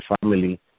family